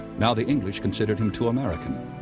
now the english considered him too american.